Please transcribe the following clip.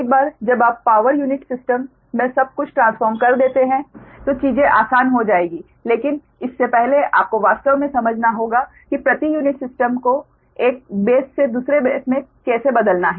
एक बार जब आप पावर यूनिट सिस्टम में सब कुछ ट्रान्स्फ़ोर्म कर देते हैं तो चीजें आसान हो जाएंगी लेकिन इससे पहले आपको वास्तव में समझना होगा कि प्रति यूनिट सिस्टम को एक बेस से दूसरे में कैसे बदलना है